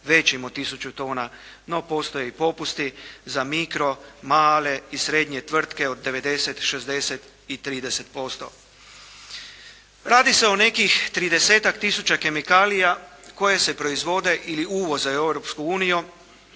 većim od tisuću tona. No, postoje i popusti za mikro, male i srednje tvrtke od 90, 60 i 30%. Radi se o nekim tridesetak tisuća kemikalija koje se proizvode ili uvoze u